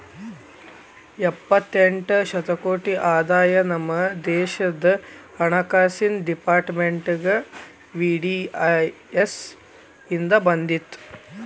ಎಪ್ಪತ್ತೆಂಟ ಶತಕೋಟಿ ಆದಾಯ ನಮ ದೇಶದ್ ಹಣಕಾಸಿನ್ ಡೆಪಾರ್ಟ್ಮೆಂಟ್ಗೆ ವಿ.ಡಿ.ಐ.ಎಸ್ ಇಂದ್ ಬಂದಿತ್